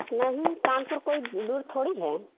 नहीं कानपुर कोई दूर थोड़ी है